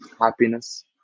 happiness